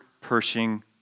Pershing